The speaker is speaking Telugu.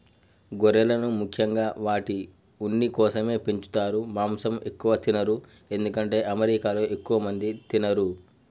గొర్రెలను ముఖ్యంగా వాటి ఉన్ని కోసమే పెంచుతారు మాంసం ఎక్కువ తినరు ఎందుకంటే అమెరికాలో ఎక్కువ మంది తినరు